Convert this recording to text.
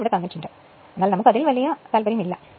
അതു തന്നിട്ടുണ്ട് എന്നാൽ നമുക്ക് അതിൽ താൽപര്യമില്ല